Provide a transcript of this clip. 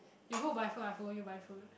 you go buy food I follow you buy food